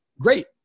great